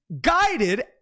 guided